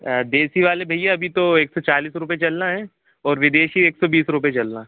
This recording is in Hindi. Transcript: देशी वाले भैया अभी तो एक सौ चालीस रूपये चल रहा है और विदेशी एक सौ बीस रूपये चल रहा है